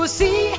see